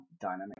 dynamic